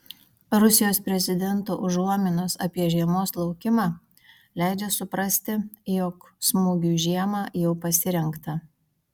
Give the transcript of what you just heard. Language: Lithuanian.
rusijos prezidento užuominos apie žiemos laukimą leidžia suprasti jog smūgiui žiemą jau pasirengta